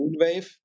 Moonwave